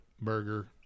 burger